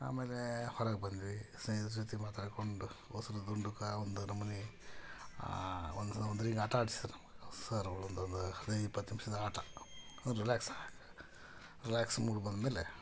ಆಮೇಲೆ ಹೊರಗೆ ಬಂದಿವಿ ಸ್ನೇಹಿತರ ಜೊತೆ ಮಾತಾಡಿಕೊಂಡು ಒಂದು ನಮೂನಿ ಒಂದು ಹಿಂಗೆ ಆಟ ಆಡಿಸಿದ್ರು ಸರ್ ಅವ್ರು ಒಂದು ಒಂದು ಹದಿನೈದು ಇಪ್ಪತ್ತು ನಿಮಿಷದ ಆಟ ರಿಲ್ಯಾಕ್ಸ್ ಆಗಾಕೆ ರಿಲ್ಯಾಕ್ಸ್ ಮೂಡ್ಗೆ ಬಂದಮೇಲೆ